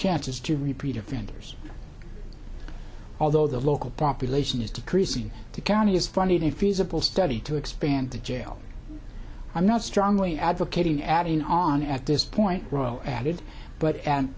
chances to repeat offenders although the local population is decreasing the county is funny to feasible study to expand the jail i'm not strongly advocating adding on at this point roll added but at